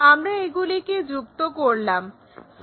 আমরা এগুলিকে যুক্ত করলাম